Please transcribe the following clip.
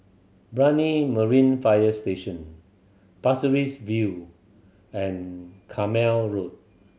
Brani Marine Fire Station Pasir Ris View and Carmichael Road